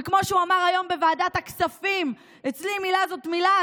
וכמו שהוא אמר היום בוועדת הכספים: אצלי מילה זאת מילה.